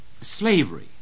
slavery